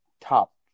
top